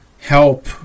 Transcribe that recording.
help